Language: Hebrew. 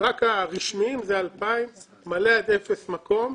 רק הרשמיים, אלה 2,000 והמקום מלא עד אפס מקום.